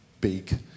big